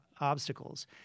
obstacles